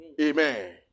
Amen